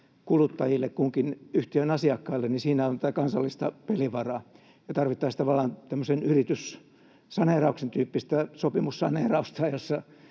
kuluttajille, kunkin yhtiön asiakkaille, on tätä kansallista pelivaraa. Me tarvittaisiin tavallaan tämmöisen yrityssaneerauksen tyyppistä sopimussaneerausta, jossa